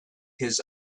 his